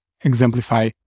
exemplify